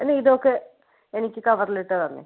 എന്നാൽ ഇതൊക്കെ എനിക്ക് കവറിലിട്ട് തരണം